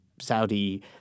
Saudi